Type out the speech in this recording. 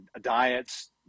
diets